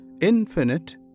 infinite